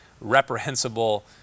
reprehensible